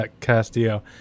Castillo